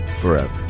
forever